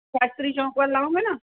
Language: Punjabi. ਤੋਂਕ ਵੱਲ ਆਓਗੇ ਨਾ